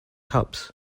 cups